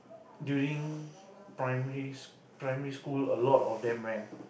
during primary primary school a lot of them went